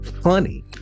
funny